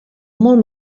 molt